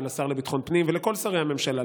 לשר לביטחון פנים ולכל שרי הממשלה,